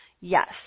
Yes